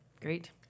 Great